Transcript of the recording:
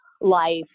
life